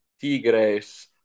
Tigres